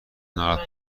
ناراحت